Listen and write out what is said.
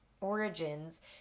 origins